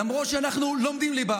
למרות שאנחנו לומדים ליבה,